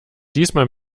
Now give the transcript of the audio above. diesmal